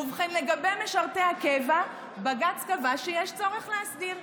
ובכן, לגבי משרתי הקבע, בג"ץ קבע שיש צורך להסדיר,